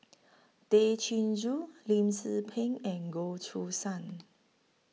Tay Chin Joo Lim Tze Peng and Goh Choo San